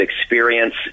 experience